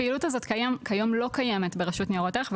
הפעילות הזו לא קיימת כיום ברשות ניירות ערך,